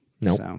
Nope